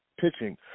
pitching